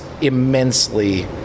immensely